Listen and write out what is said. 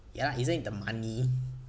ya isn't it the money